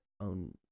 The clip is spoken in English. own